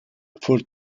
for